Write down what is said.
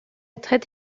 traite